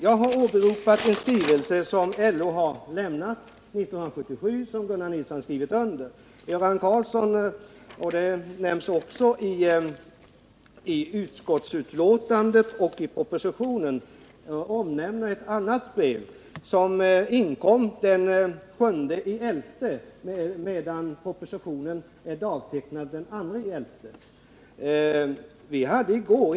Jag åberopade en skrivelse som LO har lämnat 1977. Gunnar Nilsson har undertecknat skrivelsen. Göran Karlsson omnämnde ett annat brev från LO -— det omnämns också i utskottsbetänkandet och i propositionen — som inkom den 7 november i år medan propositionen är dagtecknad den 2 november.